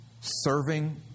serving